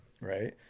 Right